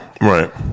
right